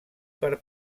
per